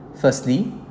Firstly